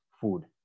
food